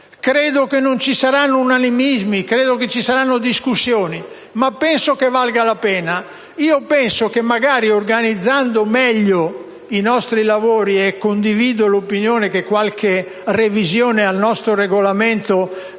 credo che non ci saranno unanimismi e credo che ci saranno discussioni, ma penso che ne valga la pena. Io penso che, magari organizzando meglio i nostri lavori - e condivido l'opinione che una qualche revisione al nostro Regolamento